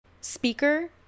speaker